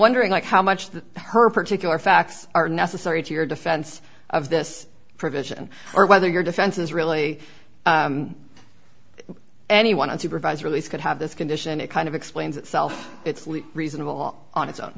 wondering like how much that her particular facts are necessary to your defense of this provision or whether your defense is really anyone on supervised release could have this condition it kind of explains itself it's reasonable on its own